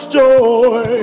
joy